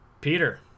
peter